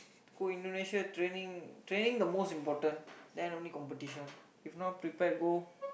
go Indonesia training training the most important then only competition if not prepared go